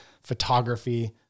photography